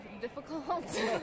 difficult